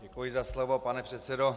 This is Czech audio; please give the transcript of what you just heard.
Děkuji za slovo, pane předsedo.